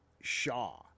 Shaw